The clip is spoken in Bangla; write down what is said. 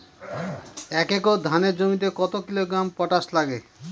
এক একর ধানের জমিতে কত কিলোগ্রাম পটাশ লাগে?